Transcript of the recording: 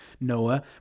Noah